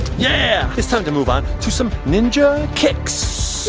yeah, it's time to move on to some ninja kicks.